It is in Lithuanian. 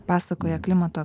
pasakoja klimato